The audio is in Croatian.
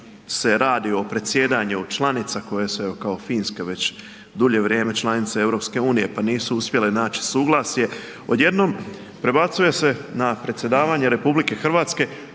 se radi o predsjedanju članica koje se evo kao Finska već, dulje vrijeme članice EU pa nisu uspjele naći suglasje odjednom prebacuje se na predsjedavanje RH, strašna